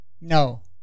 No